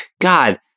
god